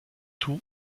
tout